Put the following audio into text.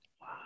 Wow